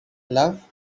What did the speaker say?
love